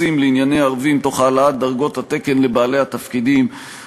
הרשויות ובתוך התחנות פועלים כיחידות עצמאיות,